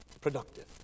productive